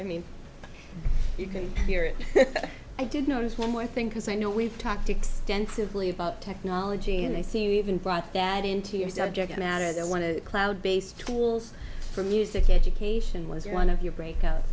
i mean you can hear it i did notice one more thing because i know we've talked extensively about technology and they seem even brought dad into your subject matter they want to cloud based tools for music education was one of your breakout